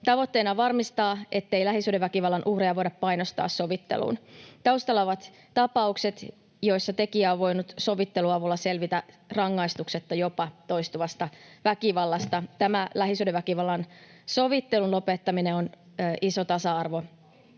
Tavoitteena on varmistaa, ettei lähisuhdeväkivallan uhreja voida painostaa sovitteluun. Taustalla ovat tapaukset, joissa tekijä on voinut sovittelun avulla selvitä rangaistuksetta jopa toistuvasta väkivallasta. Tämä lähisuhdeväkivallan sovittelun lopettaminen on iso tasa-arvotoimi,